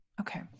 Okay